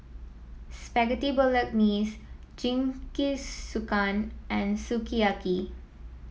Spaghetti Bolognese Jingisukan and Sukiyaki